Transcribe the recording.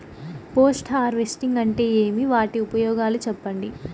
Post harvesting అంటే ఏమి? వాటి ఉపయోగాలు చెప్పండి?